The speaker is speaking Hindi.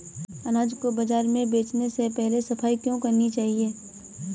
अनाज को बाजार में बेचने से पहले सफाई क्यो करानी चाहिए?